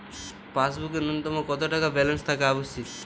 পাসবুকে ন্যুনতম কত টাকা ব্যালেন্স থাকা আবশ্যিক?